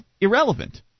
irrelevant